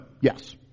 Yes